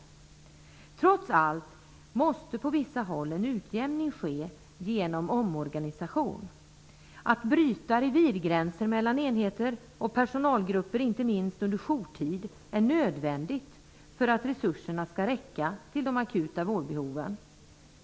Trots allt måste på vissa håll en utjämning ske genom omorganisation. Att bryta revirgränser mellan enheter och personalgrupper, inte minst under jourtid, är nödvändigt för att resurserna skall räcka till de akuta vårdbehoven.